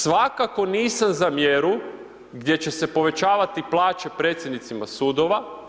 Svakako nisam za mjeru gdje će se povećavati plaće predsjednicima sudova.